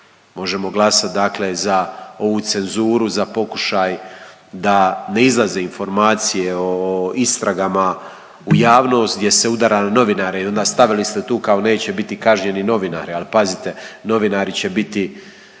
Možemo glasati, dakle za ovu cenzuru, za pokušaj da ne izlaze informacije o istragama u javnost gdje se udara na novinare. I onda stavili ste tu kao neće biti kažnjeni novinari. Ali pazite novinari će biti